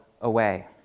away